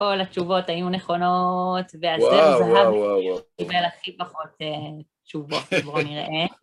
כל התשובות היו נכונות, ואז... וואו וואו וואו! זהב קיבל הכי פחות תשובות, בואו נראה.